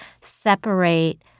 separate